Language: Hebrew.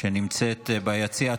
שנמצאת ביציע.